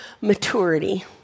maturity